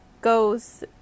goes